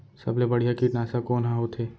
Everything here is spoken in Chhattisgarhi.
सबले बढ़िया कीटनाशक कोन ह होथे?